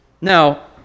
Now